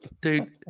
Dude